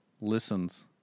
listens